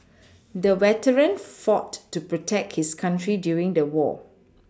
the veteran fought to protect his country during the war